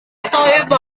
tatoeba